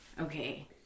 Okay